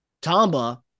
Tamba